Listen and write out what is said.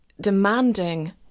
demanding